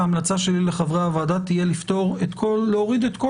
ההמלצה שלי לחברי הוועדה תהיה להוריד את כל